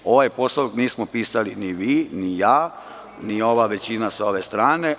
Ovaj Poslovnik nismo pisali ni vi, ni ja, ni ova većina sa ove strane.